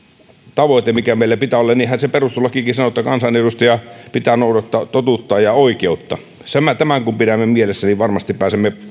tavoite mikä meillä pitää olla ja niinhän se perustuslakikin sanoo että kansanedustajan pitää noudattaa totuutta ja oikeutta tämän kun pidämme mielessä niin varmasti pääsemme